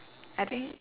I think